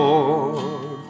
Lord